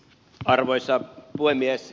arvoisa puhemies